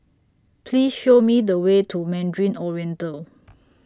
Please Show Me The Way to Mandarin Oriental